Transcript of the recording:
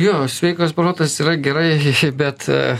jo sveikas protas yra gerai bet